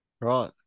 Right